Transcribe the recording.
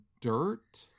Dirt